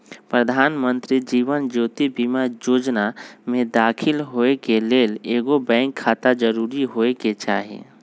प्रधानमंत्री जीवन ज्योति बीमा जोजना में दाखिल होय के लेल एगो बैंक खाता जरूरी होय के चाही